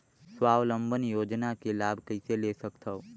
स्वावलंबन योजना के लाभ कइसे ले सकथव?